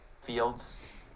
Fields